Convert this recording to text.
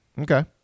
Okay